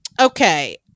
okay